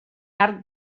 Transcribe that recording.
arc